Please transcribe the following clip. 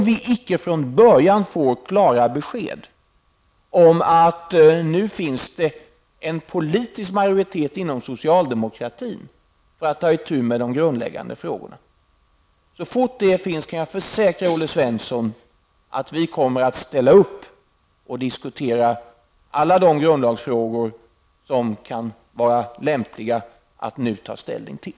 Vi måste från början få klara besked om att det finns en politisk majoritet inom socialdemokratin för att ta itu med de grundläggande frågorna. Så fort denna majoritet finns kan jag försäkra Olle Svensson om att vi kommer att ställa upp och diskutera alla de grundlagsfrågor som kan vara lämpliga att ta ställning till.